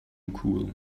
cool